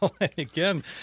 Again